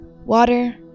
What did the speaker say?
Water